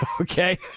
Okay